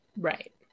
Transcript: Right